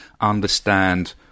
understand